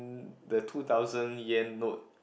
n~ the two thousand yen note